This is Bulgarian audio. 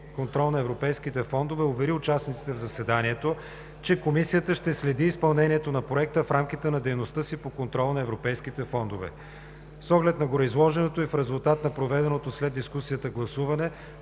Комисията ще следи изпълнението на Проекта в рамките на дейността си по контрола на европейските фондове. С оглед на гореизложеното и в резултат на проведеното след дискусията гласуване,